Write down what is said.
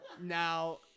Now